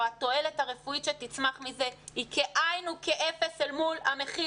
אנחנו לא מקטינים את ההדבקה,